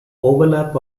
overlap